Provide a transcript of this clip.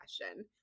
question